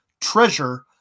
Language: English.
treasure